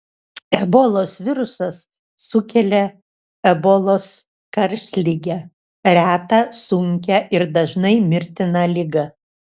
ebolos virusas sukelia ebolos karštligę retą sunkią ir dažnai mirtiną ligą